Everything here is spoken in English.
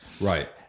Right